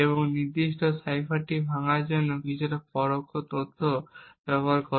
এবং নির্দিষ্ট সাইফারটি ভাঙ্গার জন্য কিছু পরোক্ষ তথ্য ব্যবহার করে